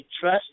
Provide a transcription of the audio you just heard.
trust